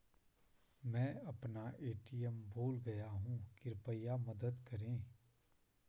मैं अपना ए.टी.एम भूल गया हूँ, कृपया मदद करें